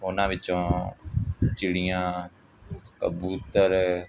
ਉਹਨਾਂ ਵਿੱਚੋਂ ਚਿੜੀਆਂ ਕਬੂਤਰ